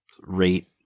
rate